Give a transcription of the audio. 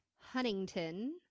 Huntington